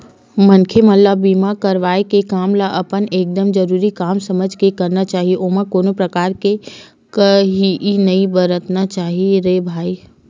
मनखे मन ल बीमा करवाय के काम ल अपन एकदमे जरुरी काम समझ के करना चाही ओमा कोनो परकार के काइही नइ बरतना चाही रे भई